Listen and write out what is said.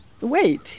Wait